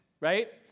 right